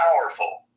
powerful